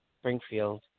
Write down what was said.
Springfield